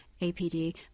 APD